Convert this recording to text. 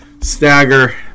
stagger